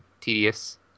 tedious